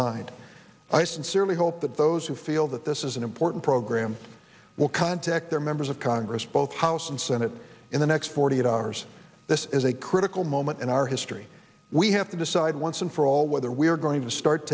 mind i sincerely hope that those who feel that this is an important program will contact their members of congress both house and senate in the next forty eight hours this is a critical moment in our history we have to decide once and for all whether we are going to start